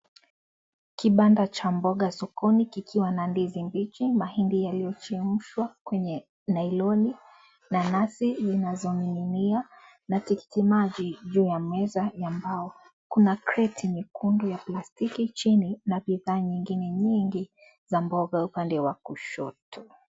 Kibanda cha mboga sokoni kikiwa na ndizi mbichi, mahindi yaliyochemshwa kwenye nailoni, nanasi zinazoning'inia, na tikitimaji juu ya meza ya mbao. Kuna kreti nyekundu ya plastiki chini, na bidhaa nyingine nyingi, na mboga upande wa kushoto.